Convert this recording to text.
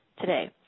Today